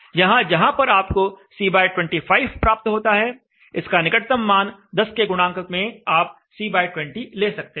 यहां जहां पर आपको C25 प्राप्त होता है इसका निकटतम मान 10 के गुणांक में आप C20 ले सकते हैं